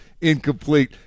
incomplete